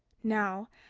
now,